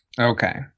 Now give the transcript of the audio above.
Okay